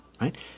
right